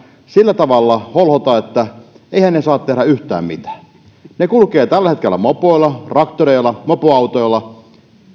sillä tavalla holhota että he eivät saa tehdä yhtään mitään he kulkevat tällä hetkellä mopoilla traktoreilla mopoautoilla